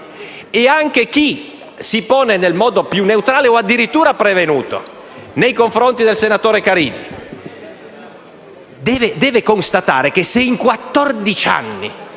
E anche chi si pone nel modo più neutrale o addirittura prevenuto nei confronti del senatore Caridi deve constatare che, se in